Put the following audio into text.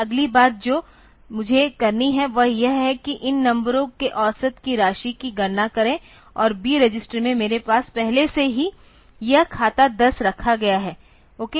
अगली बात जो मुझे करनी है वह यह है कि इन नंबरों के औसत की राशि की गणना करें और B रजिस्टर में मेरे पास पहले से ही यह खाता 10 रखा गया है ओके